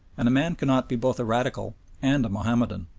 and a man cannot be both a radical and a mahomedan.